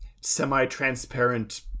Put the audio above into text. semi-transparent